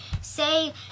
say